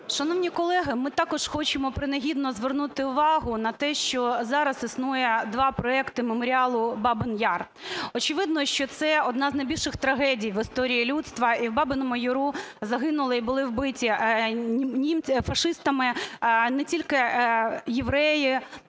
Шановні колеги, ми також хочемо принагідно звернути увагу на те, що зараз існує два проекти меморіалу "Бабин Яр". Очевидно, що це одна з найбільших трагедій в історії людства, і в Бабиному Яру загинули і були вбиті фашистами не тільки євреї,